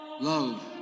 Love